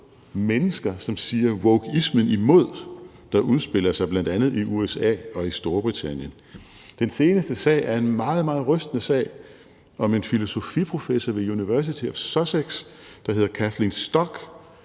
mennesker, som siger wokeismen i mod, og som bl.a. udspiller sig i USA og i Storbritannien. Den seneste sag er en meget, meget rystende sag om en filosofiprofessor ved University of Sussex, der hedder Kathleen Stock,